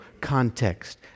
context